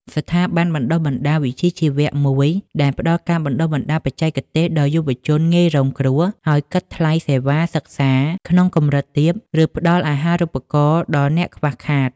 ស្ថាប័នបណ្តុះបណ្តាលវិជ្ជាជីវៈមួយដែលផ្តល់ការបណ្តុះបណ្តាលបច្ចេកទេសដល់យុវជនងាយរងគ្រោះ ហើយគិតថ្លៃសេវាសិក្សាក្នុងកម្រិតទាប ឬផ្តល់អាហារូបករណ៍ដល់អ្នកខ្វះខាត។